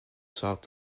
south